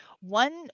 One